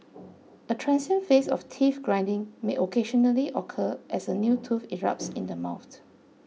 a transient phase of teeth grinding may occasionally occur as a new tooth erupts in the mouth